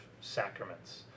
sacraments